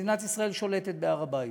מדינת ישראל שולטת בהר-הבית.